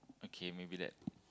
okay maybe that